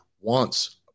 wants